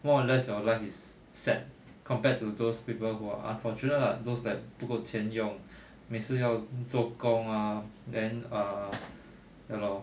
more or less you life is set compared to those people who are unfortunate lah those that 不够钱用每次要做工 ah then err ya lor